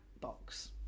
box